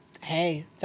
Hey